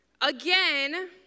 again